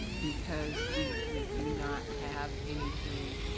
because we we do not have anything,